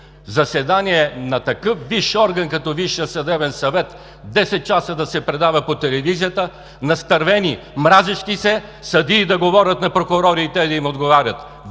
заседание на такъв висш орган като Висшия съдебен съвет 10 часа да се предава по телевизията, настървени, мразещи се съдии да говорят на прокурорите и те да им отговарят.